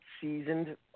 seasoned